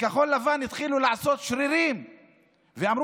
כשכחול לבן התחילו לעשות שרירים ואמרו: